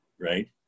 right